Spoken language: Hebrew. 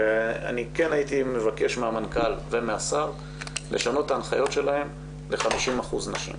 אני כן הייתי מבקש מהמנכ"ל ומהשר לשנות את ההנחיות שלהם ל-50% נשים.